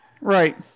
Right